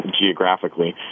geographically